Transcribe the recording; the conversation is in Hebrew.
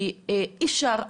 כי אי אפשר,